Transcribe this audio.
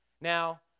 Now